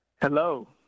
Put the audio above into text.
Hello